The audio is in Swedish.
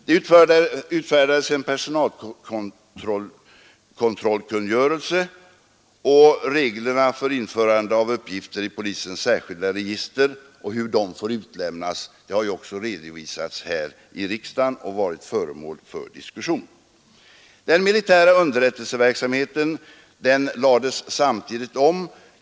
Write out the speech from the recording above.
Det har utfärdats en personalkontrollkungörelse, och reglerna för införande av uppgifter i polisens särskilda register och hur dessa uppgifter får utlämnas har också redovisats här i riksdagen och varit föremål för diskussion. Den militära underrättelseverksamheten lades samtidigt om.